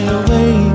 away